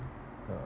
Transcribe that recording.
uh